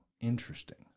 interesting